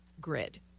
grid